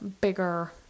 bigger